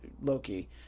Loki